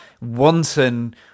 wanton